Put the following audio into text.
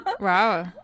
Wow